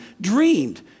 dreamed